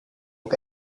ook